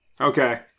Okay